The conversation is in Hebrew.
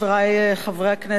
חברי חברי הכנסת,